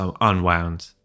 unwound